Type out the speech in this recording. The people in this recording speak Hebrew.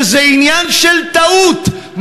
שזה עניין של טעות,